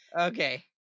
Okay